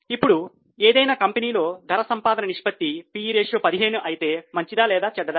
ఇప్పుడు ఏదైనా కంపెనీలో లో ధర సంపాదన నిష్పత్తి 15 అయితే మంచిదా లేదా చెడ్డదా